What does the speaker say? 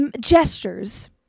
gestures